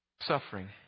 suffering